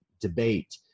debate